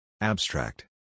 Abstract